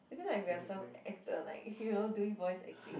I feel like we're some actor like you know doing voice acting